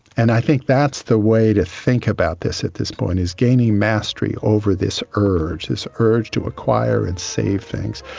and i think that's the way to think about this at this point, is gaining mastery over this urge, this urge to acquire and save things,